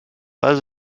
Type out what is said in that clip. pas